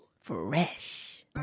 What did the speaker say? Fresh